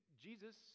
Jesus